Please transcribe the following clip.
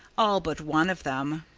all but one of them.